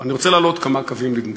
ואני רוצה להעלות כמה קווים לדמותו.